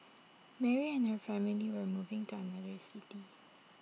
Mary and her family were moving to another city